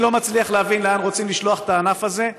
אני לא מצליח להבין לאן רוצים לשלוח את הענף הזה.